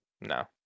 No